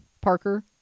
Parker